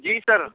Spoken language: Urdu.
جی سر